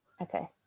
Okay